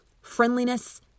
friendliness